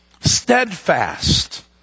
steadfast